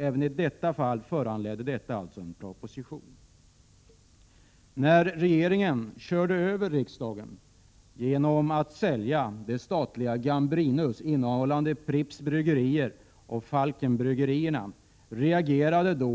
Även i detta fall föranledde alltså ärendet en proposition. När regeringen körde över riksdagen genom att sälja det statliga Gambrinus, innehållande Pripps bryggerier och Falkenbryggerierna, reagerade